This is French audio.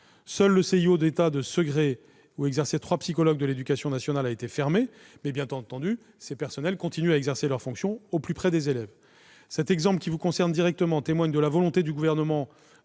Seul le CIO d'État de Segré, où exerçaient trois psychologues de l'éducation nationale, a été fermé. Bien entendu, ces personnels continuent à assurer leurs fonctions au plus près des élèves. Cet exemple, monsieur le sénateur, qui vous concerne directement, témoigne de la volonté du Gouvernement